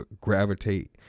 gravitate